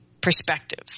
perspective